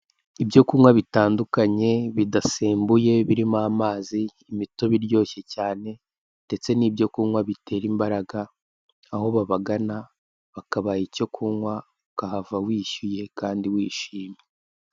Ibyo kunywa bitandukanye bidasembuye birimo amazi, imitobe iryoshye cyane ndetse n'ibyo kunywa bitera imbaraga aho babagana bakabaha icyo kunywa ukahava wishyuye kandi wishimye.